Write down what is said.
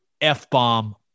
F-bomb